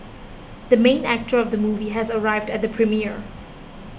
the main actor of the movie has arrived at the premiere